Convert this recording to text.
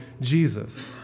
Jesus